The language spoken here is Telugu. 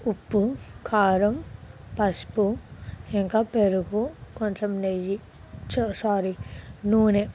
ఉప్పు కారం పసుపు ఇంకా పెరుగు కొంచెం నెయ్యి చౌ సారీ నూనె